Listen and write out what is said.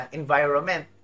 environment